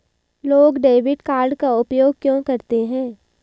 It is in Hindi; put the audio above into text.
लोग डेबिट कार्ड का उपयोग क्यों करते हैं?